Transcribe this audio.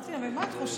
אמרתי לה: ממה את חוששת?